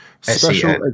special